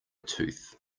tooth